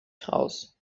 krauss